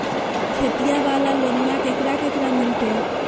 खेतिया वाला लोनमा केकरा केकरा मिलते?